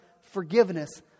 forgiveness